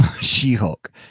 She-Hulk